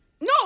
No